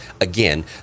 again